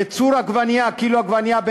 ייצור קילו עגבנייה,